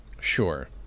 sure